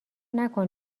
نکن